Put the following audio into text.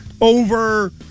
over